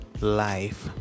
life